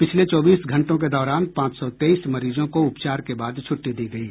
पिछले चौबीस घंटों के दौरान पांच सौ तेईस मरीजों को उपचार के बाद छुट्टी दी गयी